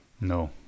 No